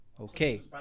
okay